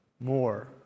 more